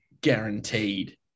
guaranteed